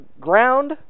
ground